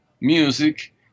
music